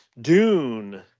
Dune